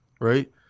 right